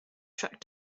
track